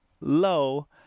low